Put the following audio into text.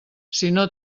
sinó